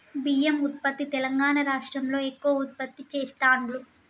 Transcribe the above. బియ్యం ఉత్పత్తి తెలంగాణా రాష్ట్రం లో ఎక్కువ ఉత్పత్తి చెస్తాండ్లు